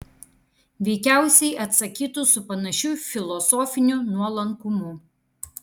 veikiausiai atsakytų su panašiu filosofiniu nuolankumu